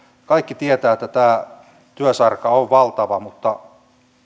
kaikki tietävät että tämä työsarka on valtava mutta